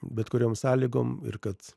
bet kurioms sąlygom ir kad